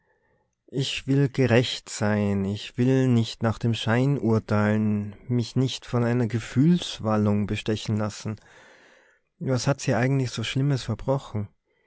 ich will gerecht sein ich will nicht nach dem schein urteilen mich nicht von einer gefühlswallung bestechen lassen was hat sie eigentlich so schlimmes verbrochen